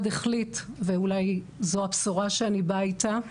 החליט ואולי זו הבשורה שאני באה איתה,